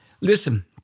Listen